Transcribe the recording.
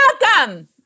Welcome